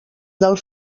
del